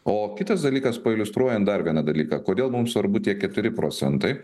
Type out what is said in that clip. o kitas dalykas pailiustruojant dar vieną dalyką kodėl mum svarbu tie keturi procentai